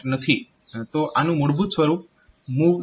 તો આનું મૂળભૂત સ્વરૂપ MOV CX SI છે